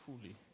fully